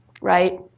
right